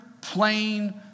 plain